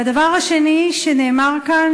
והדבר השני שנאמר כאן,